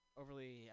overly